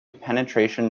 penetration